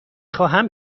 خواهم